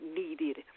needed